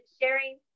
Sharing